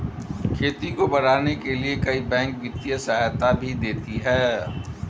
खेती को बढ़ाने के लिए कई बैंक वित्तीय सहायता भी देती है